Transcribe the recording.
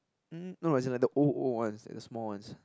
mm no as in like the old old ones like the small ones